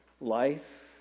life